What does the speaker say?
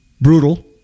Brutal